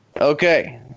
okay